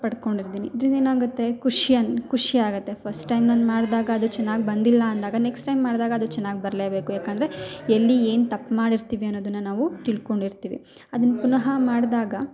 ಪಡ್ಕೊಂಡಿದ್ದೀನಿ ಇದ್ರಿಂದ ಏನಾಗತ್ತೆ ಖುಷಿ ಅನ್ ಖುಷಿ ಆಗತ್ತೆ ಫಸ್ಟ್ ಟೈಮ್ ನಾನು ಮಾಡ್ದಾಗ ಅದು ಚೆನ್ನಾಗಿ ಬಂದಿಲ್ಲ ಅಂದಾಗ ನೆಕ್ಸ್ಟ್ ಟೈಮ್ ಮಾಡ್ದಾಗ ಅದು ಚೆನ್ನಾಗಿ ಬರಲೇ ಬೇಕು ಯಾಕೆಂದರೆ ಎಲ್ಲಿ ಏನು ತಪ್ಪು ಮಾಡಿರ್ತೀವಿ ಅನ್ನೋದನ್ನ ನಾವು ತಿಳ್ಕೊಂಡಿರ್ತೀವಿ ಅದನ್ನ ಪುನಃ ಮಾಡ್ದಾಗ